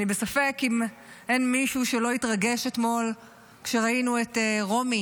אני בספק אם יש מישהו שלא התרגש אתמול כשראינו את רומי